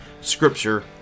Scripture